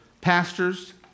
pastors